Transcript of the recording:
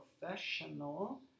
professional